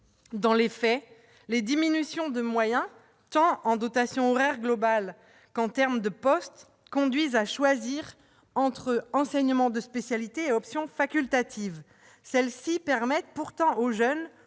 Dans les faits, les diminutions de moyens, en termes tant de dotation horaire globale que de postes, conduisent à choisir entre enseignements de spécialités et options facultatives. Celles-ci permettent pourtant aux jeunes